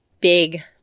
big